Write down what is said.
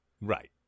Right